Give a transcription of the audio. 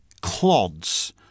clods